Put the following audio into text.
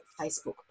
Facebook